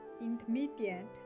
intermediate